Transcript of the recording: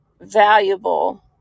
valuable